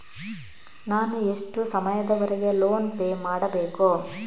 ನಾನು ಎಷ್ಟು ಸಮಯದವರೆಗೆ ಲೋನ್ ಪೇ ಮಾಡಬೇಕು?